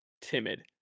timid